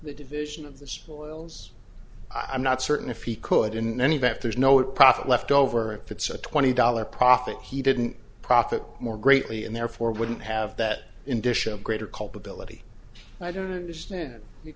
the division of the spoils i'm not certain if he could in any event there's no profit left over if it's a twenty dollar profit he didn't profit more greatly and therefore wouldn't have that in dish of greater culpability i don't understand